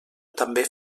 també